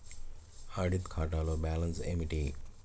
Audit ఖాతాలో balance ఏమిటీ?